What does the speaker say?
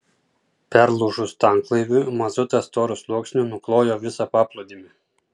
perlūžus tanklaiviui mazutas storu sluoksniu nuklojo visą paplūdimį